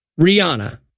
Rihanna